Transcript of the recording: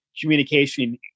communication